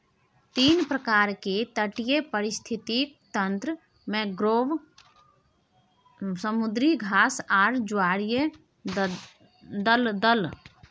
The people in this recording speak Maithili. तीन प्रकार के तटीय पारिस्थितिक तंत्र मैंग्रोव, समुद्री घास आर ज्वारीय दलदल